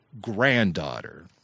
granddaughter